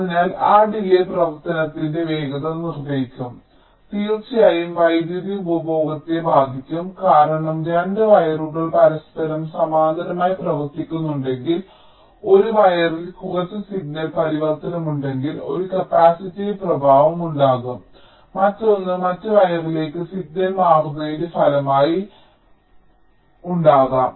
അതിനാൽ ആ ഡിലേയ് പ്രവർത്തനത്തിന്റെ വേഗത നിർണ്ണയിക്കും തീർച്ചയായും വൈദ്യുതി ഉപഭോഗത്തെ ബാധിക്കും കാരണം 2 വയറുകൾ പരസ്പരം സമാന്തരമായി പ്രവർത്തിക്കുന്നുണ്ടെങ്കിൽ ഒരു വയറിൽ കുറച്ച് സിഗ്നൽ പരിവർത്തനം ഉണ്ടെങ്കിൽ ഒരു കപ്പാസിറ്റീവ് പ്രഭാവം ഉണ്ടാകും മറ്റൊന്ന് മറ്റ് വയറിലേക്ക് സിഗ്നൽ മാറുന്നതിന്റെ ഫലമായി ഉണ്ടാകാം